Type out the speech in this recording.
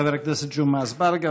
חבר הכנסת ג'מעה אזברגה,